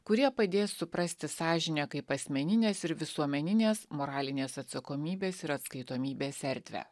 kurie padės suprasti sąžinę kaip asmeninės ir visuomeninės moralinės atsakomybės ir atskaitomybės erdvę